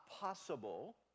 possible